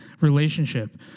relationship